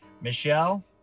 Michelle